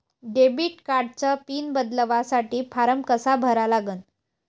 Debit कार्डचा PIN बदलासाठी form कसा भरा लागन?